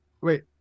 wait